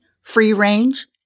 free-range